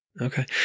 Okay